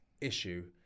issue